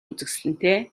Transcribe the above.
үзэсгэлэнтэй